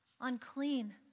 unclean